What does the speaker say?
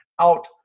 out